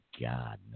God